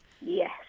Yes